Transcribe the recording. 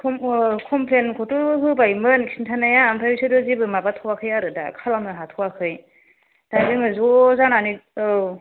खोम complain खौथ' होबाय मोन खिनथानाया ओमफ्राय बिसोरो जेबो माबाथ'आखै आरो दा खालामनो हाथ'आखै दा जोङो ज' जानानै औ